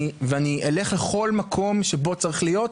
ואני אלך לכל מקום שבו צריך להיות,